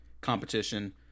competition